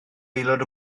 aelod